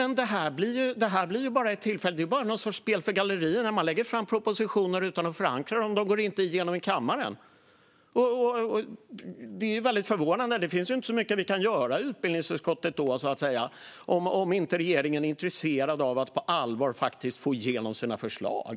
Nu blir det bara någon sorts spel för gallerierna. Man lägger fram propositioner utan att förankra dem. De går inte igenom i kammaren. Det är väldigt förvånande. Det finns inte så mycket vi kan göra i utbildningsutskottet om inte regeringen på allvar är intresserad av att få igenom sina förslag.